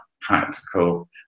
practical